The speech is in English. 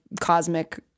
cosmic